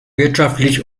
wirtschaftlich